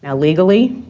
ah legally,